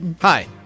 Hi